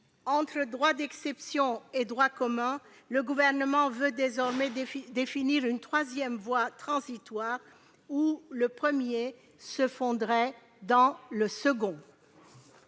Entre droit d'exception et droit commun, le Gouvernement veut désormais définir une troisième voie transitoire, dans laquelle le premier se fondrait dans le second.